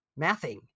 mathing